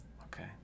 Okay